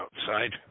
outside